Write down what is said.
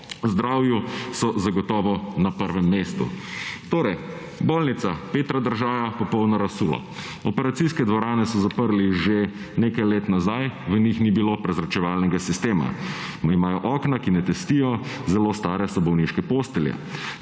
zdravju so zagotovo na prvem mestu. Torej. Bolnica Petra Držaja – popolno razsulo. Operacijske dvorane so zaprli že nekaj let nazaj, v njih ni bilo prezračevalnega sistema. Imajo okna, ki ne tesnijo, zelo stare so bolniške postelje.